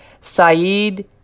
Saeed